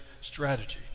strategy